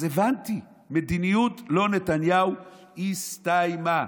אז הבנתי, מדיניות "לא נתניהו" הסתיימה.